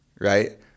right